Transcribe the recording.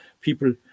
people